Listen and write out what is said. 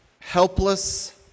helpless